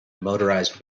motorized